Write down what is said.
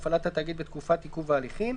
בהפעלת התאגיד בתקופת עיכוב ההליכים,